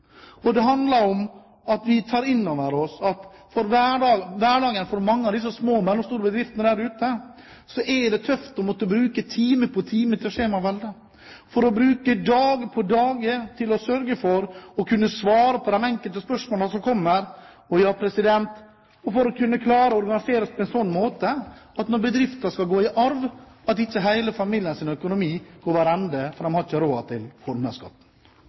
Og det handler om at vi tar inn over oss at i hverdagen er det for mange av disse små og mellomstore bedriftene der ute tøft å måtte bruke time etter time på dette skjemaveldet, og bruke dag etter dag for å sørge for å kunne svare på de enkelte spørsmålene som kommer, og for å kunne klare å organisere seg på en slik måte når bedriften skal gå i arv, at ikke hele familiens økonomi går over ende fordi en ikke har råd til formuesskatten.